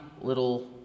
little